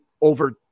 over